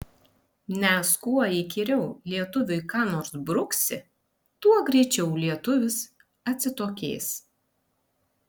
nes kuo įkyriau lietuviui ką nors bruksi tuo greičiau lietuvis atsitokės